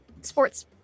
sports